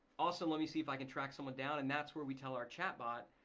awesome, let me see if i can track someone down and that's where we tell our chat bot,